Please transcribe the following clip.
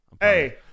Hey